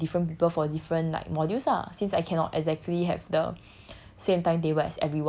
how about I group with different people for different like modules lah since I cannot exactly have the